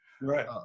Right